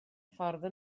ffordd